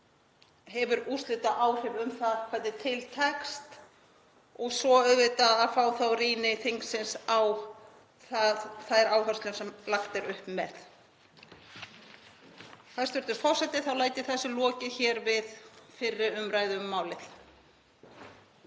hefur úrslitaáhrif um það hvernig til tekst og svo auðvitað að fá rýni þingsins á þær áherslur sem lagt er upp með. Hæstv. forseti. Þá læt ég þessu lokið hér við fyrri umræðu um málið.